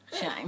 Shame